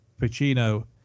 Pacino